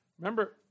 Remember